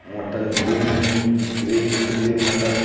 mutton green green chilly mutton